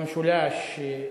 במשולש.